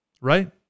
Right